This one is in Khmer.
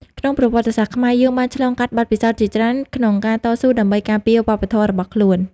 ក្នុងប្រវត្តិសាស្ត្រខ្មែរ យើងបានឆ្លងកាត់បទពិសោធន៍ជាច្រើនក្នុងការតស៊ូដើម្បីការពារវប្បធម៌របស់ខ្លួន។